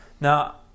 Now